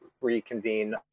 reconvene